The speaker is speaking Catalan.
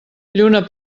lluna